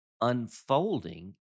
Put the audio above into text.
unfolding